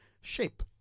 Shape